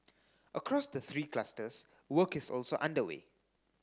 across the three clusters work is also underway